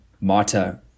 Mata